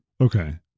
Okay